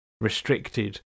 Restricted